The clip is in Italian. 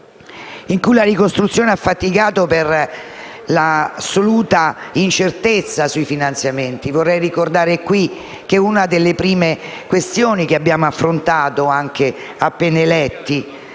La ricostruzione ha faticato per l'assoluta incertezza sui finanziamenti. Vorrei ricordare in questa sede che una delle prime questioni che abbiamo affrontato appena eletti